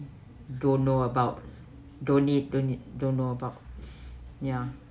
don't know about donate donate don't know about ya